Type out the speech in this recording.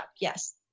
Yes